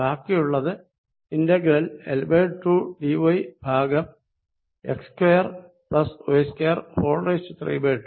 ബാക്കിയുള്ളത് integral L2 dy ഭാഗം x2y232